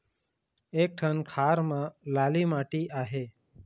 एक ठन खार म लाली माटी आहे?